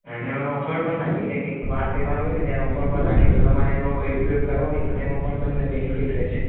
અને ઓફર પણ રાખી છે કઈક વાર તહેવાર હોય ત્યારે ઓફર પણ રાખીએ તો તમારે નો કઈક ઉપયોગ થયો હોય તો તેમાં પણ તમને બેનિફિટ રહેશે